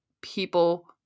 people